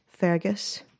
Fergus